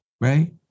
right